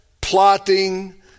plotting